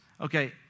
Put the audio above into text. Okay